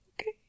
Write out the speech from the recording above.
Okay